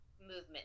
movement